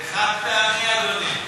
זה חד-פעמי,